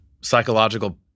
psychological